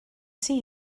see